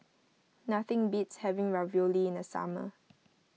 nothing beats having Ravioli in the summer